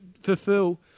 fulfill